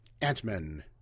Ant-Man